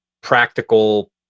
practical